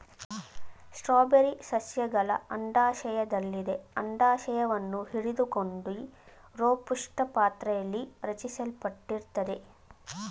strawberry ಸಸ್ಯಗಳ ಅಂಡಾಶಯದಲ್ಲದೆ ಅಂಡಾಶವನ್ನು ಹಿಡಿದುಕೊಂಡಿರೋಪುಷ್ಪಪಾತ್ರೆಲಿ ರಚಿಸಲ್ಪಟ್ಟಿರ್ತದೆ